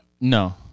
No